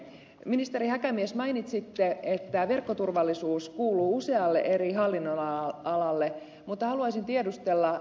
ministeri häkämies mainitsitte että verkkoturvallisuus kuuluu usealle eri hallinnonalalle mutta haluaisin tiedustella